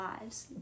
lives